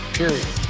period